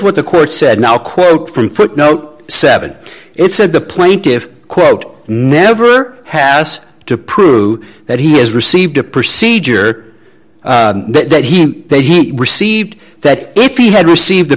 what the court said now quote from footnote seven it said the plaintiffs quote never has to prove that he has received a procedure that he that he received that if he had received